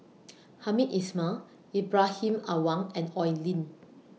Hamed Ismail Ibrahim Awang and Oi Lin